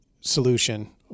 solution